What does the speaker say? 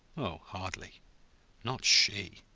oh, hardly not she!